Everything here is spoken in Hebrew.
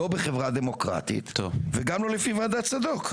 לא בחברה דמוקרטית וגם לא לפי ועדת צדוק.